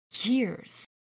Years